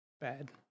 Bad